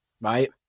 right